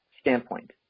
standpoint